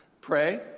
Pray